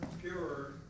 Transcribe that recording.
pure